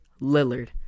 Lillard